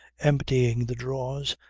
emptying the drawers,